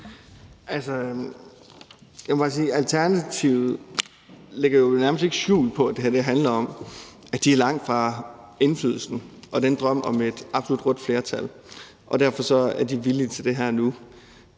Alternativet jo nærmest ikke lægger skjul på, at det her handler om, at de er langt fra indflydelsen og drømmen om et absolut rødt flertal. Og derfor er de villige til det her nu.